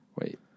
Wait